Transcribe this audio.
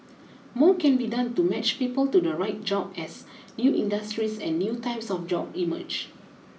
more can be done to match people to the right jobs as new industries and new types of jobs emerge